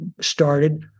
started